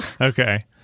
Okay